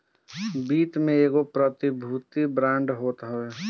वित्त में एगो प्रतिभूति बांड होत हवे